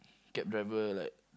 cab driver like